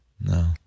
No